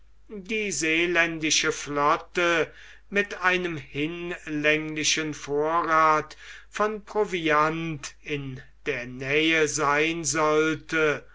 die seeländische flotte mit einem hinlänglichen vorrath von proviant in der nähe sein sollte